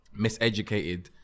miseducated